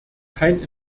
kein